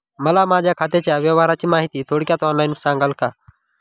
मला माझ्या खात्याच्या व्यवहाराची माहिती थोडक्यात ऑनलाईन सांगाल का?